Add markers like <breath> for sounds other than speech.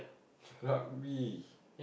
<breath> rugby